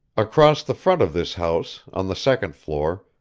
across the front of this house, on the second floor,